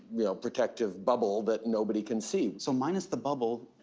you know, protective bubble that nobody can see. so, minus the bubble,